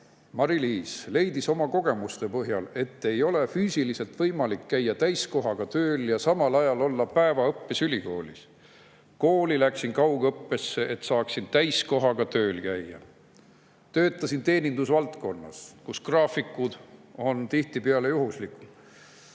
Mari-Liis leidis oma kogemuste põhjal, et ei ole füüsiliselt võimalik käia täiskohaga tööl ja samal ajal olla päevaõppes ülikoolis. Kooli läks ta kaugõppesse, et saaks täiskohaga tööl käia. Ta töötas teenindusvaldkonnas, kus graafikud on tihtipeale juhuslikud,